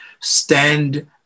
stand